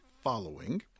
following